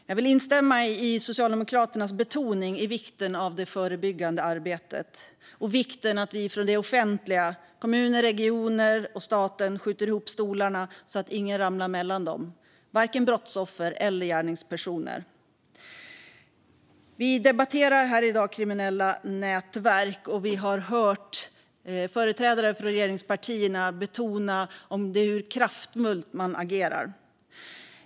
Jag instämmer i Socialdemokraternas betoning av vikten av det förebyggande arbetet och vikten av att vi från det offentliga - kommunerna, regionerna och staten - skjuter ihop stolarna så att ingen faller mellan dem, varken brottsoffer eller gärningspersoner. Vi debatterar här i dag kriminella nätverk, och vi har hört företrädare från regeringspartierna betona hur kraftfullt de agerar.